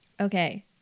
okay